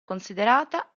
considerata